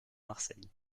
marseille